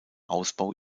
ausbau